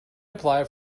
apply